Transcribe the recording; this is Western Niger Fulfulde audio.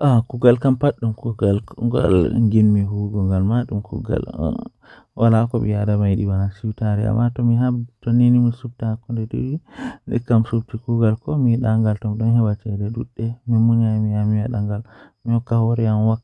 Litriture maa ɗum boɗɗum haa babal jangirde Ko sabu ngal, literature jeyaaɓe e tawti laawol e ko ɗum heɓugol maɓɓe ngal, ko tawti carwo e noyiɗɗo. Literature jeyaaɓe hokkata firtiimaaji moƴƴi e ɗeɗe keewɗi ko waɗtude laawol noyiɗɗo e moƴƴi haajaaɓe. Kono, waɗde literature no waawi njama faami ko moƴƴi e nder keewɗi ngal hayɓe, e waɗde tawa laawol